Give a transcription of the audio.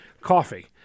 coffee